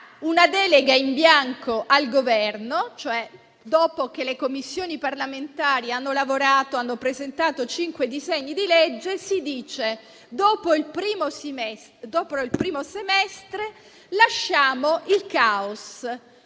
una delega in bianco al Governo, cioè dopo che le Commissioni parlamentari hanno lavorato e dopo aver presentato cinque disegni di legge, si decide che dopo il primo semestre, lasciamo il caos.